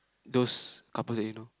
those couple that you know